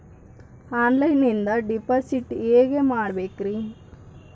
ಆನ್ಲೈನಿಂದ ಡಿಪಾಸಿಟ್ ಹೇಗೆ ಮಾಡಬೇಕ್ರಿ?